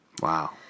Wow